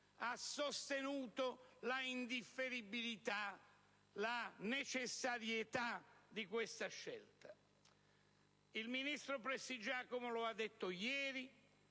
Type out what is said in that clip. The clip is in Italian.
ha sostenuto la indifferibilità e la necessarietà di questa scelta. Il ministro Prestigiacomo lo ha detto ieri;